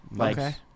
Okay